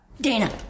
Dana